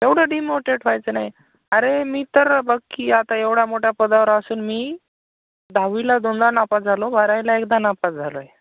एवढं डिमोटेट व्हायचं नाही अरे मी तर बघ की आता एवढ्या मोठ्या पदावर असून मी दहावीला दोनदा नापास झालो बारावीला एकदा नापास झालो आहे